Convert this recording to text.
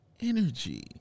energy